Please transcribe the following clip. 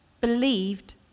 believed